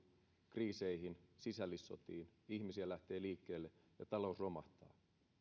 kriiseihin sisällissotiin ihmisiä lähtee liikkeelle ja talous romahtaa